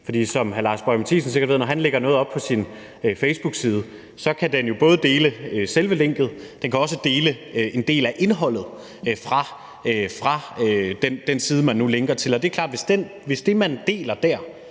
når hr. Lars Boje Mathiesen lægger noget op på sin facebookside, jo både dele selve linket, og den kan også dele en del af indholdet fra den side, man nu linker til. Og det er klart, at hvis det, man deler dér,